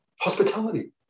Hospitality